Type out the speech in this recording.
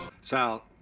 Sal